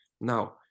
Now